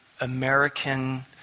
American